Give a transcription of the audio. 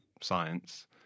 science